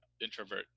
introvert